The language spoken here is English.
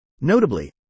Notably